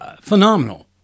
Phenomenal